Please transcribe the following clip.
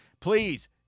please